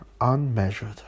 Unmeasured